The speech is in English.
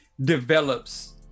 develops